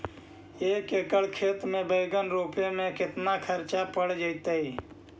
एक एकड़ खेत में बैंगन रोपे में केतना ख़र्चा पड़ जितै?